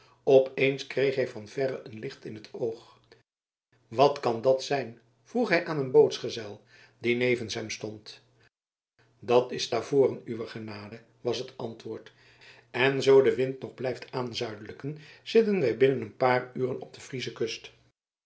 op eens kreeg hij van verre een licht in t oog wat kan dat zijn vroeg hij aan een bootsgezel die nevens hem stond dat is stavoren uwe genade was het antwoord en zoo de wind nog blijft aanzuidelijken zitten wij binnen een paar uren op de friesche kust